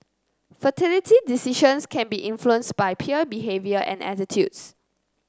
fertility decisions can be influenced by peer behaviour and attitudes